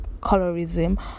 colorism